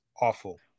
awful